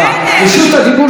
אתם כל רגע תפריעו לה,